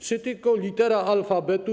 Czy tylko litera alfabetu?